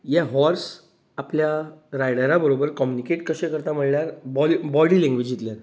हे हाॅर्स आपल्या रायडरा बरोबर कम्युनिकेट कशें करतात म्हळ्यार बाॅडी लेंग्वेजीतल्यान